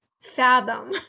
fathom